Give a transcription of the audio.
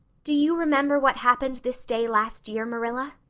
do you remember what happened this day last year, marilla?